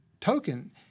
token